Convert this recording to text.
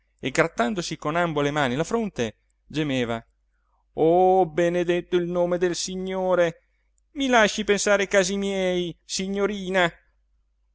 e grattandosi con ambo le mani la fronte gemeva oh benedetto il nome del signore mi lasci pensare ai casi miei signorina